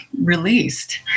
released